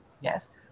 Yes